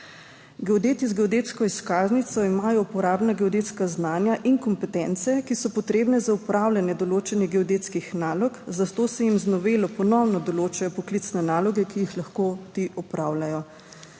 Geodeti z geodetsko izkaznico imajo uporabna geodetska znanja in kompetence, ki so potrebne za opravljanje določenih geodetskih nalog, zato se jim z novelo ponovno določajo poklicne naloge, ki jih lahko ti opravljajo.